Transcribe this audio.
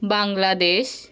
Bangladesh